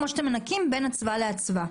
כמו שאתם מנקים בין אצווה לאצווה.